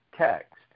text